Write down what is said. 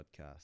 podcast